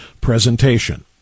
presentation